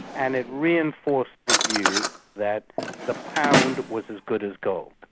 and it reinforced the view that the pound was as good as gold.